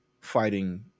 fighting